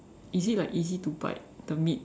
is it like easy to bite the meat